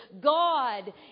God